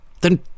Then